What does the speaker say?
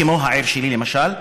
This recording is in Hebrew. כמו העיר שלי למשל,